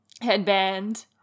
headband